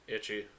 Itchy